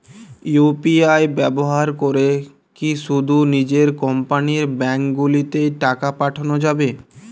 UPI ব্যবহার করে কি শুধু নিজের কোম্পানীর ব্যাংকগুলিতেই টাকা পাঠানো যাবে?